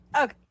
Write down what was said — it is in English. okay